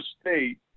State